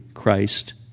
Christ